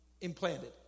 implanted